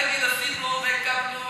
אל תגיד: עשינו והקמנו.